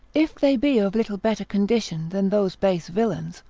if they be of little better condition than those base villains,